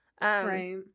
Right